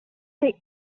six